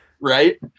Right